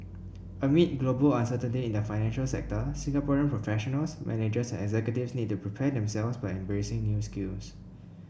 amid global uncertainty in the financial sector Singaporean professionals managers and executives need to prepare themselves by embracing new skills